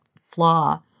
flaw